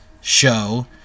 show